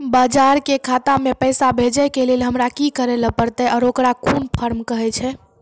बाहर के खाता मे पैसा भेजै के लेल हमरा की करै ला परतै आ ओकरा कुन फॉर्म कहैय छै?